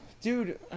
Dude